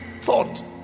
thought